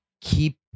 keep